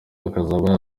hakaba